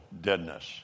deadness